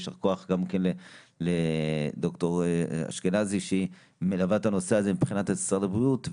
יישר כוח גם לד"ר אשכנזי שמלווה את הנושא הזה מבחינת משרד הבריאות,